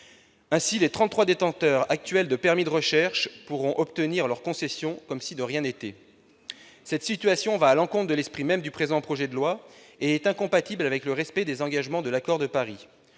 Ainsi, les trente-trois détenteurs actuels de permis de recherches pourront obtenir leur concession comme si de rien n'était. Cette situation va à l'encontre de l'esprit même du présent projet de loi et elle est incompatible avec le respect des engagements de l'Accord de Paris.